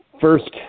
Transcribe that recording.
First